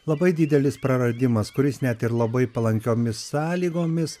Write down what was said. labai didelis praradimas kuris net ir labai palankiomis sąlygomis